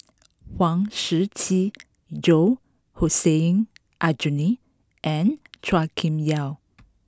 Huang Shiqi Joan Hussein Aljunied and Chua Kim Yeow